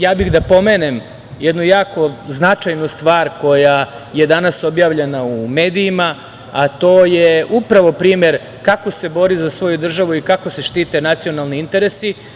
Ja bih da pomenem jednu jako značajnu stvar koja je danas objavljena u medijima, a to je upravo primer kako se bori za svoju državu i kako se štite nacionalni interesi.